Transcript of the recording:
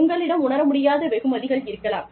உங்களிடம் உணர முடியாத வெகுமதிகள் இருக்கலாம்